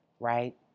right